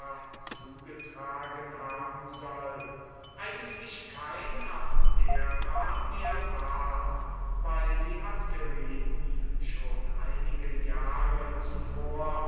zugetragen haben soll eigentlich kein abdera mehr war weil die abderiten schon einige jahre zuvor